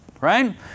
right